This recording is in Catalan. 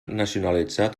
nacionalitzat